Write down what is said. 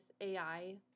AI